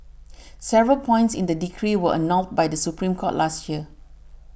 several points in the decree were annulled by the Supreme Court last year